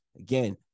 Again